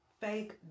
fake